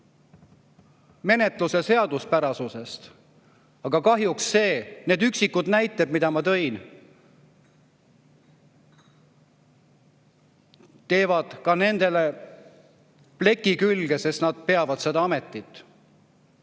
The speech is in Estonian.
menetluse seaduspärasusest, aga kahjuks need üksikud näited, mida ma tõin, jätavad ka nendele pleki külge, sest nad peavad seda ametit.